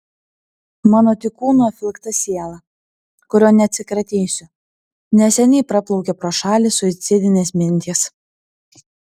mano tik kūnu apvilkta siela kurio neatsikratysiu nes seniai praplaukė pro šalį suicidinės mintys